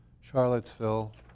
Charlottesville